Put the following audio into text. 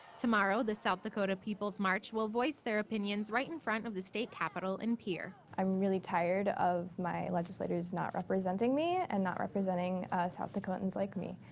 tomorrow, the south dakota people's march will voice their opinions right in front of the state capitol in pierre. i'm really tired of my legislators not representing me and not representing south dakotans like me.